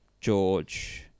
George